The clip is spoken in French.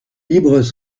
libres